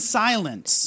silence